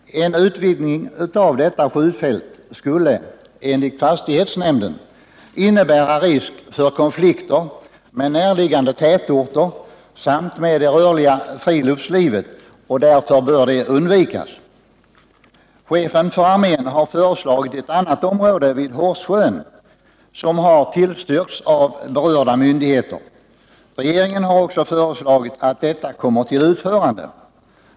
En utvidgning av detta skjutfält skulle enligt fastighetsnämnden innebära risk för konflikter med närliggande tätorter samt med det rörliga friluftslivet, och det bör därför undvikas. Chefen för armén har föreslagit ett annat område vid Horssjön, som har tillstyrkts av berörda myndigheter. Regeringen har också föreslagit att detta kommer till utförande.